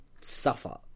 suffer